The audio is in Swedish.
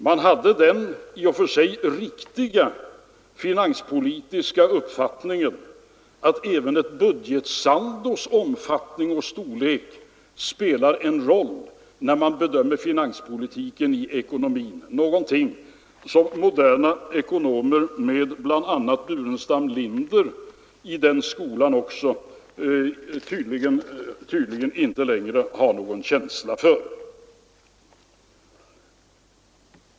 Man hade den i och för sig riktiga finanspolitiska uppfattningen att även ett budgetsaldos omfattning och storlek spelar en roll när man bedömer finanspolitiken och ekonomin — någonting som moderna ekonomer, med bl.a. herr Burenstam Linder i den skolan, tydligen inte längre har någon känsla för.